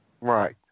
Right